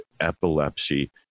epilepsy